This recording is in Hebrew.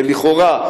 לכאורה,